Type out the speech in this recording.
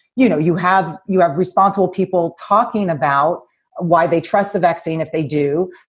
you know, you have you have responsible people talking about why they trust the vaccine if they do,